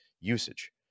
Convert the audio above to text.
usage